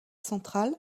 central